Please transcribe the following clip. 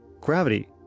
Gravity